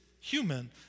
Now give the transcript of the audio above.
human